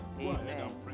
Amen